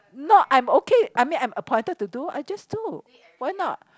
not I'm okay I mean I'm appointed to do I'll just do why not